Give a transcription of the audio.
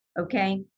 Okay